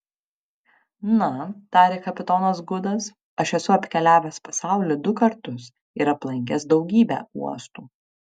na tarė kapitonas gudas aš esu apkeliavęs pasaulį du kartus ir aplankęs daugybę uostų